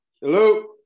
Hello